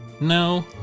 No